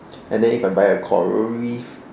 and then if I buy a coral reef